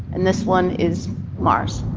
and this one is mars.